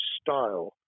style